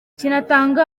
kinatanga